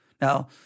Now